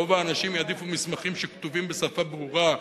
רוב האנשים יעדיפו מסמכים שכתובים בשפה ברורה,